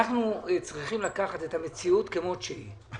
הוא לקחת את המציאות כמות שהיא.